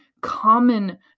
common